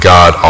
God